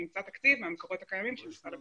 נמצא תקציב מהמקורות הקיימים של משרד הביטחון.